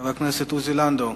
חבר הכנסת עוזי לנדאו,